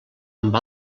amb